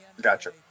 Gotcha